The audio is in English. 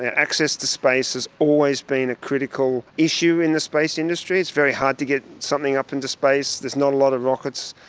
access to space has always been a critical issue in the space industry. it's very hard to get something up into space, there's not a lot of rockets.